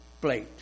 plate